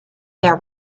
there